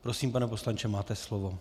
Prosím, pane poslanče, máte slovo.